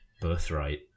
birthright